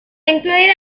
incluida